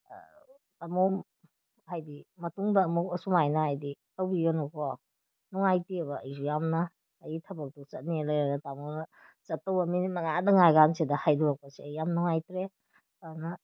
ꯇꯥꯃꯣ ꯍꯥꯏꯕꯗꯤ ꯃꯇꯨꯡꯗ ꯑꯃꯨꯛ ꯑꯁꯨꯃꯥꯏꯅ ꯍꯥꯏꯕꯗꯤ ꯇꯧꯕꯤꯒꯅꯨꯀꯣ ꯅꯨꯡꯉꯥꯏꯇꯦꯕ ꯑꯩꯁꯨ ꯌꯥꯝꯅ ꯑꯩꯒꯤ ꯊꯕꯛꯇꯨ ꯆꯠꯅꯤꯅ ꯂꯩꯔꯒ ꯇꯥꯃꯣꯅ ꯆꯠꯇꯧꯕ ꯃꯤꯅꯤꯠ ꯃꯉꯥꯗꯪ ꯉꯥꯏꯔꯀꯥꯟꯁꯤꯗ ꯍꯥꯏꯗꯣꯔꯛꯄꯁꯦ ꯑꯩ ꯌꯥꯝꯅ ꯅꯨꯡꯉꯥꯏꯇ꯭ꯔꯦ ꯑꯗꯨꯅ